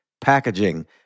packaging